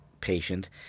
patient